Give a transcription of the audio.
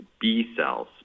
B-cells